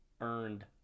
Earned